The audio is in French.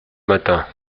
matin